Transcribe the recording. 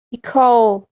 ایکائو